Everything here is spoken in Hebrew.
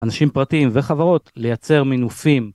‫אנשים פרטיים וחברות לייצר מינופים.